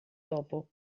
dopo